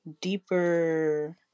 deeper